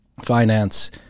finance